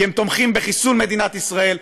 כי הם תומכים בחיסול מדינת ישראל.